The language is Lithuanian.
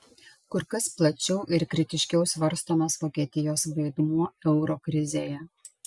kur kas plačiau ir kritiškiau svarstomas vokietijos vaidmuo euro krizėje